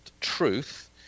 truth